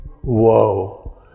whoa